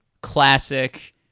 classic